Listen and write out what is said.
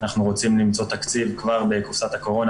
אנחנו רוצים למצוא תקציב כבר בקופסת הקורונה